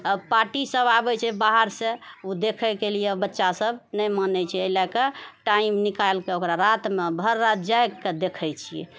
आ पार्टी सभ आबै छै बाहरसँ ओ देखएके लिए बच्चा सभ नहि मानैत छै एहि लएके टाइम निकालिके ओकरा रातिमे भरि राति जागिके देखैत छिऐ